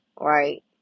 right